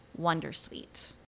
Wondersuite